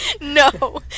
No